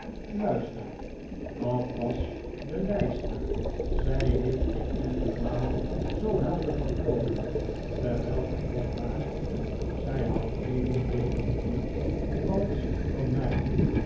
luister dat was de lijster zij heeft geen enkele maal zoo helder gefloten terwijl gij weg waart zij houdt evenveel van u als van mij